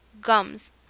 Gums